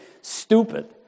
Stupid